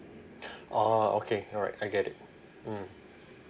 oh okay alright I get it mm